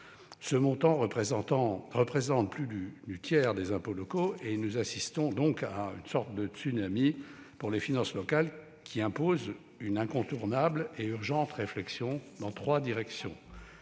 Ce montant représentant plus du tiers des impôts locaux, nous assistons à une sorte de tsunami pour les finances locales, qui impose une incontournable et urgente réflexion dans trois directions